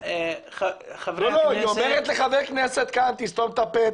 היא אומרת לחבר כנסת כאן תסתום את הפה,